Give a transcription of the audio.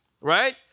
Right